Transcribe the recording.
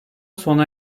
sona